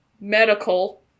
medical